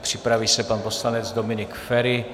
Připraví se pan poslanec Dominik Feri.